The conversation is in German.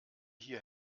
hier